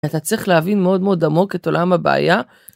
אתה צריך להבין מאוד מאוד עמוק את עולם הבעיה.